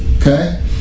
Okay